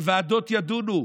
שהוועדות ידונו.